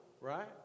right